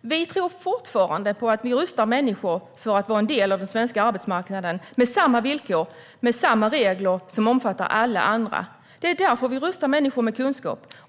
Vi tror fortfarande på att rusta människor för att vara en del av den svenska arbetsmarknaden på samma villkor och med samma regler som omfattar alla andra. Det är därför vi rustar människor med kunskap.